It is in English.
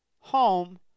home